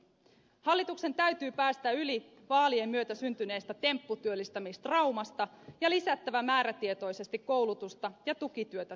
hallituksen täytyy päästä yli vaalien myötä syntyneestä tempputyöllistämistraumasta ja lisätä määrätietoisesti koulutusta ja tukityötä työttömille